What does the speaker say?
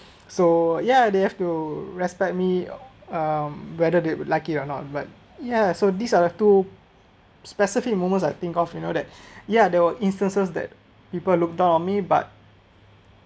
so ya they have to respect me uh whether they would like it or not but ya so these are the two specific moments I think of you know that ya there were instances that people will look down on me but